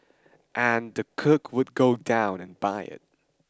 and the cook would go down and buy it